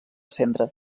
centre